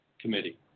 committee